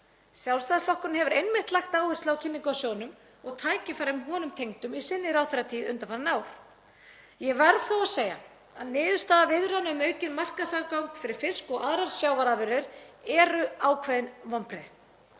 Sjálfstæðisflokkurinn hefur einmitt lagt áherslu á kynningu á sjóðnum og tækifærum honum tengdum í sinni ráðherratíð undanfarin ár. Ég verð þó að segja að niðurstaða viðræðna um aukinn markaðsaðgang fyrir fisk og aðrar sjávarafurðir eru ákveðin vonbrigði.